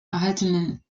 erhaltenen